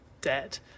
debt